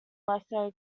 lesser